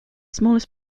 smallest